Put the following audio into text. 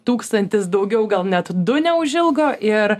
tūkstantis daugiau gal net du neužilgo ir